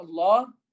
Allah